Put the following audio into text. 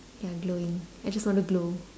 ya glowing I just want to glow